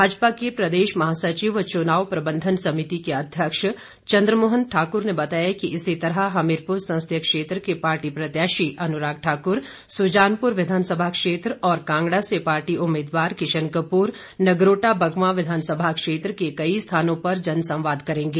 भाजपा के प्रदेश महासचिव व चुनाव प्रबंधन समिति के अध्यक्ष चन्द्रमोहन ठाक्र ने बताया कि इसी तरह हमीरपुर संसदीय क्षेत्र के पार्टी प्रत्याशी अनुराग ठाकुर सुजानपुर विधानसभा क्षेत्र और कांगड़ा से पार्टी उम्मीदवार किशन कपूर नगरोटा बगवां विधानसभा क्षेत्र के कई स्थानों पर जनसंवाद कार्यक्रम करेंगे